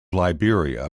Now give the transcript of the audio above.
liberia